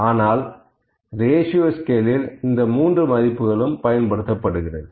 ஆனால் ரேசியோ ஸ்கேலில் இந்த மூன்று மதிப்புகளும் பயன்படுத்தப்படுகிறது